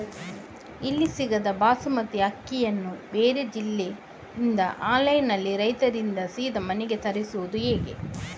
ಇಲ್ಲಿ ಸಿಗದ ಬಾಸುಮತಿ ಅಕ್ಕಿಯನ್ನು ಬೇರೆ ಜಿಲ್ಲೆ ಇಂದ ಆನ್ಲೈನ್ನಲ್ಲಿ ರೈತರಿಂದ ಸೀದಾ ಮನೆಗೆ ತರಿಸುವುದು ಹೇಗೆ?